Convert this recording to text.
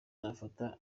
nafata